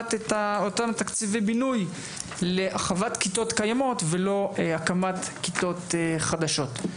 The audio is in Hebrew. שלקחת את אותן תקציבי בינוי להרחבת כיתות קיימות ולא הקמת כיתות חדשות.